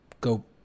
go